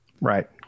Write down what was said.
Right